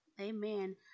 amen